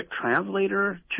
translator